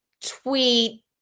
tweet